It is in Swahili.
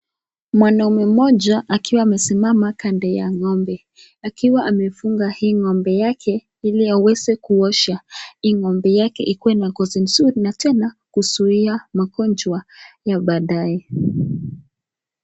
Mwanaume mmoja akiwa amesimama kando ya ng'ombe, akiwa amefunga huyu ng'ombe yake ili aweze kuosha huyu ng'ombe yake akuena ngozi nzuri, na tena kuzuiya magonjwa ya badaye.